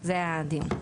זה הדיון.